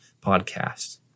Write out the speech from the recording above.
podcast